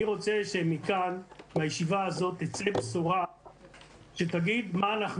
אני רוצה שמהישיבה הזאת תצא בשורה שתאמר מה אנחנו